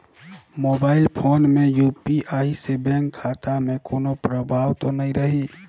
Mobile phone UPI यू.पी.आई से bank खाता मे कोनो प्रभाव तो नइ रही?